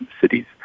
cities